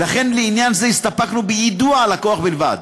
ולכן לעניין זה הסתפקנו ביידוע הלקוח בלבד.